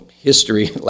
history